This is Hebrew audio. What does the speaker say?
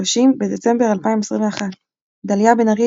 30 בדצמבר 2021 דליה בן ארי,